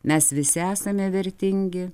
mes visi esame vertingi